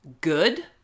good